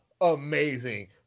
amazing